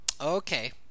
Okay